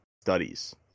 studies